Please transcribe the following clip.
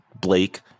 Blake